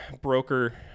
broker